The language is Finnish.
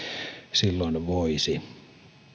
silloin voisi